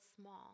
small